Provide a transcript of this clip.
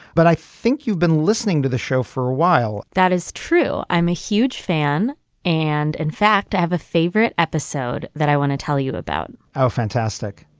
but i think you've been listening to the show for a while that is true i'm a huge fan and in fact i have a favorite episode that i want to tell you about. oh fantastic.